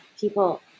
people